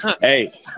hey